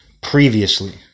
previously